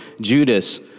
Judas